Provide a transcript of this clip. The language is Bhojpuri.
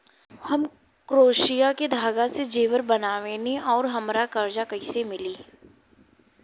हम क्रोशिया के धागा से जेवर बनावेनी और हमरा कर्जा कइसे मिली?